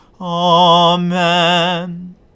Amen